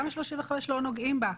תמ"א 35 לא נוגעים בה,